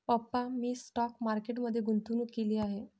पप्पा मी stock market मध्ये गुंतवणूक केली आहे